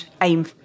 aim